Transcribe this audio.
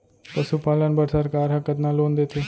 पशुपालन बर सरकार ह कतना लोन देथे?